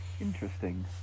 Interesting